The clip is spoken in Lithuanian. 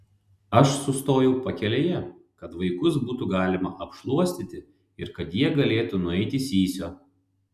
aš sustojau pakelėje kad vaikus būtų galima apšluostyti ir kad jie galėtų nueiti sysio